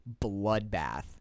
bloodbath